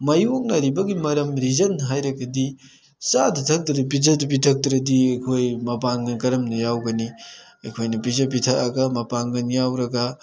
ꯃꯥꯌꯣꯛꯅꯔꯤꯕꯒꯤ ꯃꯔꯝ ꯔꯤꯖꯟ ꯍꯥꯏꯔꯒꯗꯤ ꯆꯥꯗ ꯊꯛꯇ꯭ꯔꯗꯤ ꯄꯤꯖ ꯄꯤꯊꯛꯇ꯭ꯔꯗꯤ ꯑꯩꯈꯣꯏ ꯃꯄꯥꯡꯒꯜ ꯀꯔꯝꯅ ꯌꯥꯎꯒꯅꯤ ꯑꯩꯈꯣꯏꯅ ꯄꯤꯖ ꯄꯤꯊꯛꯑꯒ ꯃꯄꯥꯡꯒꯜ ꯌꯥꯎꯔꯒ